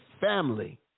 family